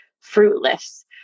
fruitless